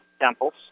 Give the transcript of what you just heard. Temples